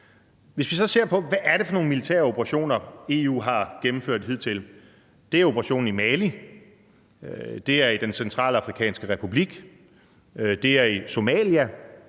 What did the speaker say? Hvis vi så ser på, hvad det er for nogle militære operationer, EU har gennemført hidtil, så er det operationen i Mali, det er i Den Centralafrikanske Republik, det er i Somalia,